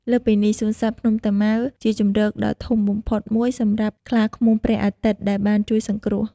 លើសពីនេះ សួនសត្វភ្នំតាម៉ៅជាជម្រកដ៏ធំបំផុតមួយសម្រាប់ខ្លាឃ្មុំព្រះអាទិត្យ ដែលបានជួយសង្គ្រោះ។